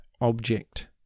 object